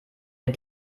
wir